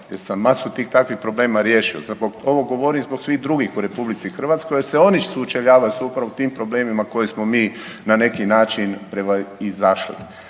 jer sam masu tih, takvih problema riješio. Ovo govorim zbog svih drugih u RH jer se onu sučeljavaju s upravo tim problemima koje smo mi na neki način prevazišli.